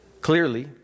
Clearly